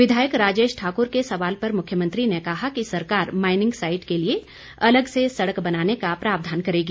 विधायक राजेश ठाकुर के सवाल पर मुख्यमंत्री जयराम ठाकुर ने कहा कि सरकार माइनिंग साइट के लिए अलग से सड़क बनाने का प्रावधान करेगी